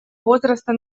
возраста